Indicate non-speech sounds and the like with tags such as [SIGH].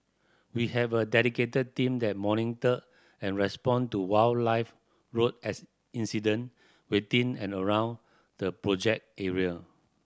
we have a dedicated team that monitor and respond to wildlife road [UNINTELLIGIBLE] incident within and around the project area